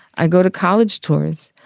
i go to college tours.